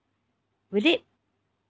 will it